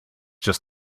just